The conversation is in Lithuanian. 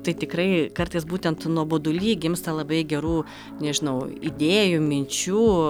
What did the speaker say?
tai tikrai kartais būtent nuoboduly gimsta labai gerų nežinau idėjų minčių